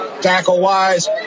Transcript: tackle-wise